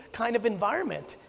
kind of environment.